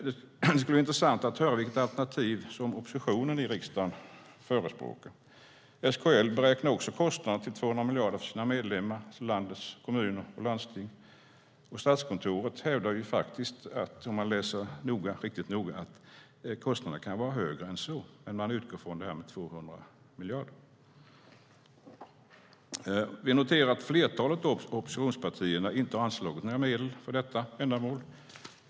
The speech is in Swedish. Det skulle vara intressant att höra vilket alternativ oppositionen i riksdagen förespråkar. SKL beräknar också kostnaden till 200 miljarder för sina medlemmar, alltså landets kommuner och landsting, och Statskontoret hävdar, om man läser riktigt noggrant, att kostnaderna kan vara högre än så, men man utgår från det här med 200 miljarder. Vi noterar att flertalet av oppositionspartierna inte har anslagit några medel för detta ändamål.